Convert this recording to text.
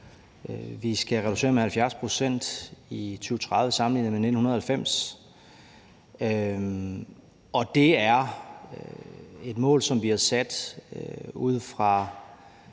Vi skal reducere med 70 pct. i 2030 sammenlignet med 1990, og det er et mål, som vi har sat ud fra